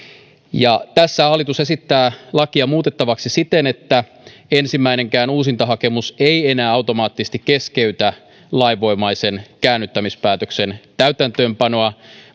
tässä hallitus esittää lakia muutettavaksi siten että ensimmäinenkään uusintahakemus ei enää automaattisesti keskeytä lainvoimaisen käännyttämispäätöksen täytäntöönpanoa